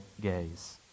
gaze